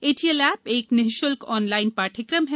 ए T L app एक निःशुल्क online पाठ्यक्रम है